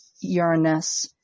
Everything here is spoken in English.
Uranus